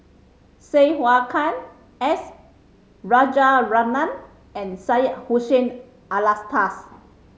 Sai Hua Kuan S Rajaratnam and Syed Hussein Alatas